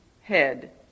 head